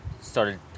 started